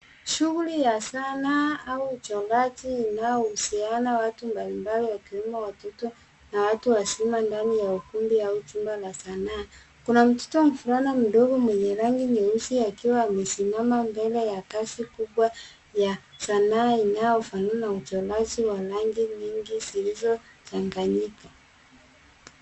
Shughuli ya sanaa au uchongaji inayohusiana na watu mbalimbali wakiwemo watoto na watu wakubwa ndani ya ukumbi aua chumba la sanaa. Kuna toto mdogo mwenye rangi ya nyeusi akiwa amesimama mbele ya kazi kubwa ya sanaa inayofanana uchoraji wa rangi nyingi zilizochanganyika.